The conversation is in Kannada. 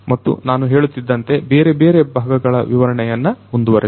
ಮತ್ತು ನಾನು ಹೇಳುತ್ತಿದ್ದಂತೆ ಬೇರೆ ಬೇರೆ ಭಾಗಗಳ ವಿವರಣೆಯನ್ನು ಮುಂದುವರಿಸೋಣ